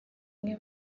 umwe